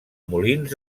molins